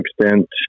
extent